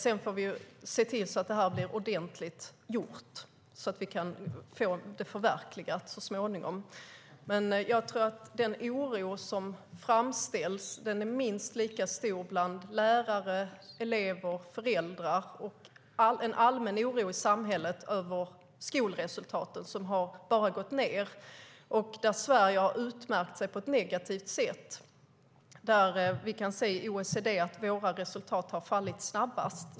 Sedan får vi se till att det blir ordentligt gjort, så att vi kan få det förverkligat så småningom. Jag tror att den oro som framställs är minst lika stor bland lärare, elever och föräldrar. Det finns en allmän oro i samhället över skolresultaten, som bara har gått ned. Sverige har utmärkt sig på ett negativt sätt. I OECD kan vi se att våra resultat har fallit snabbast.